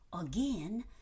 again